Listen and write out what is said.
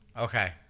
Okay